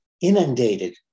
inundated